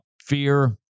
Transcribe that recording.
Fear